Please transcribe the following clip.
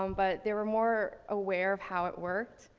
um but they were more aware of how it worked.